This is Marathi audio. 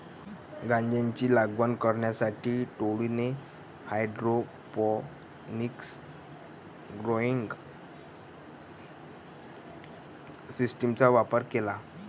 गांजाची लागवड करण्यासाठी टोळीने हायड्रोपोनिक्स ग्रोइंग सिस्टीमचा वापर केला